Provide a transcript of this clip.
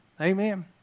Amen